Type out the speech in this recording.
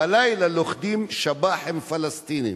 בלילה לוכדים שב"חים פלסטינים.